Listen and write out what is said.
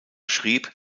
schrieb